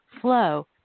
flow